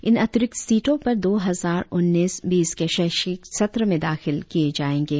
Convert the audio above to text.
इन अतिरिक्त सीटों पर दो हजार उन्नीस बीस के शैक्षिक सत्र में दाखिले किए जाएंगे